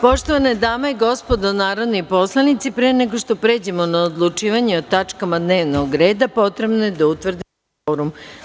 Poštovane dame i gospodo narodni poslanici, pre nego što pređemo na odlučivanje o tačkama dnevnog reda potrebno je da utvrdimo kvorum.